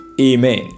Amen